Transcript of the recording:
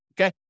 Okay